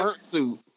suit